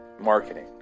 marketing